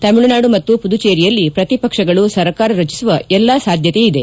ತಮಿಳುನಾಡು ಮತ್ತು ಪುದುಚೆರಿಯಲ್ಲಿ ಪ್ರತಿಪಕ್ಷಗಳು ಸರ್ಕಾರ ರಚಿಸುವ ಎಲ್ಲ ಸಾಧ್ಯತೆ ಇದೆ